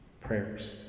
Prayers